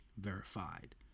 verified